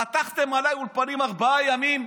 פתחתם עליי אולפנים ארבעה ימים,